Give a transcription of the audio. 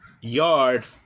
Yard